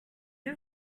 you